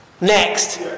Next